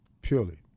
Purely